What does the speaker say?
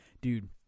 dude